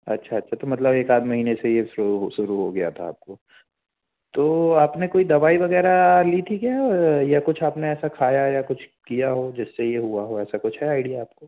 अच्छा अच्छा मतलब तो एक आधा महीने से यह शुरू शुरु हो गया था आपको तो आपने कोई दवाई वगैरह ली थी क्या या कुछ आपने ऐसा खाया या कुछ किया हो जिससे यह हुआ हो ऐसा कुछ है आईडिया आपको